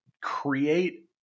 create